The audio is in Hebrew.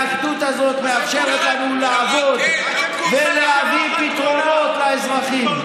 האחדות הזאת מאפשרת לנו לעבוד ולהביא פתרונות לאזרחים.